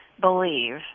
believe